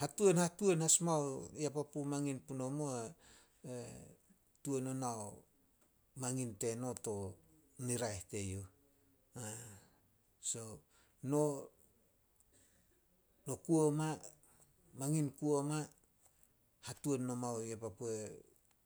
Hatuan- hatuan as mao ya papu mangin punomo tuan ona mangin teno to niraeh teyouh. So, no kuo ma, mangin kuo ma, hatuan nomao ya papue